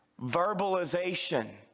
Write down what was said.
verbalization